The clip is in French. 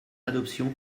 adoption